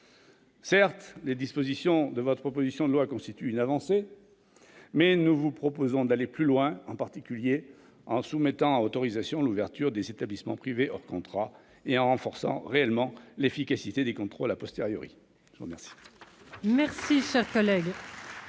Certes, les dispositions de votre proposition de loi constituent une avancée, ... Ah, quand même !... mais nous vous proposons d'aller plus loin, en particulier en soumettant à autorisation l'ouverture des établissements privés hors contrat et en renforçant réellement l'efficacité des contrôles. La parole est à M.